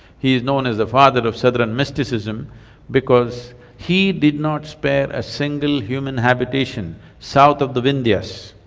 he is known as the father of southern mysticism because he did not spare a single human habitation south of the vindhyas